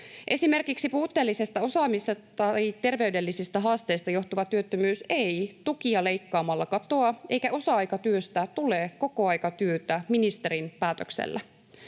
Esimerkiksi puutteellisesta osaamisesta tai terveydellisistä haasteista johtuva työttömyys ei tukia leikkaamalla katoa, eikä osa-aikatyöstä tule kokoaikatyötä ministerin päätöksellä.